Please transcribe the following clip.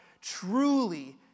truly